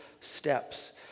steps